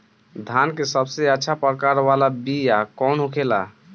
धान के सबसे अच्छा प्रकार वाला बीया कौन होखेला?